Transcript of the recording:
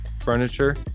furniture